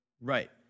Right